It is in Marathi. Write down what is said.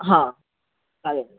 हां चालेल ना